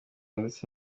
ndetse